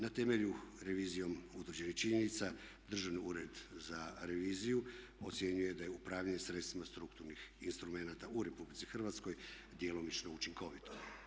Na temelju revizijom utvrđenih činjenica Državni ured za reviziju ocjenjuje da je upravljanje sredstvima strukturnih instrumenata u Republici Hrvatskoj djelomično učinkovito.